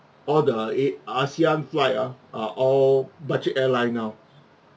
all the A~ ASEAN flight uh are all budget airline now